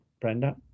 Brenda